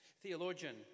Theologian